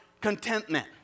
contentment